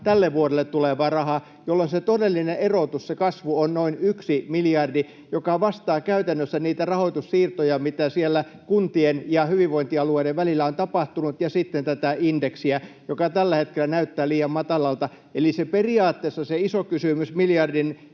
tälle vuodelle tulevaa rahaa, jolloin se todellinen erotus, se kasvu, on noin 1 miljardi, joka vastaa käytännössä niitä rahoitussiirtoja, mitä siellä kuntien ja hyvinvointialueiden välillä on tapahtunut, ja sitten tätä indeksiä, joka tällä hetkellä näyttää liian matalalta. Eli periaatteessa se iso kysymys, miljardin